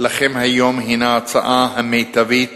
לכם היום הינה ההצעה המיטבית